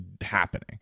happening